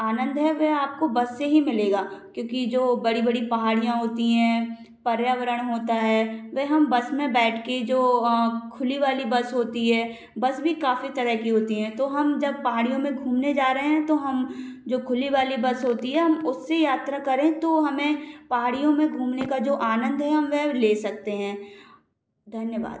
आनंद है वह आपको बस से ही मिलेगा क्योंकि जो बड़ी बड़ी पहाड़ियाँ होती है पर्यावरण होता है वे हम बस में बैठ के जो खुली वाली बस होती है बस भी काफ़ी तरह की होती है तो हम जब पहाड़ियों में घूमने जा रहे है तो हम जो खुली वाली बस होती है उसमें हम यात्रा करें तो हमें पहाड़ियों में जो घूमने का आनंद है हम वह ले सकते है धन्यवाद